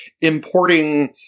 importing –